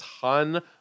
ton